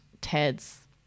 Ted's